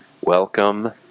Welcome